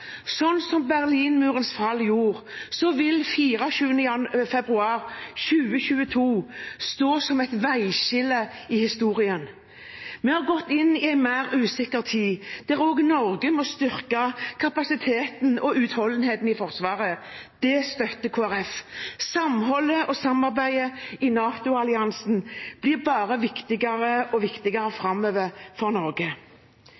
som Berlinmurens fall ble det, vil 24. februar 2022 stå som et veiskille i historien. Vi har gått inn i en mer usikker tid der også Norge må styrke kapasiteten og utholdenheten i Forsvaret. Det støtter Kristelig Folkeparti. Samholdet og samarbeidet i NATO-alliansen blir bare viktigere og viktigere